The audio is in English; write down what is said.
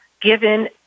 given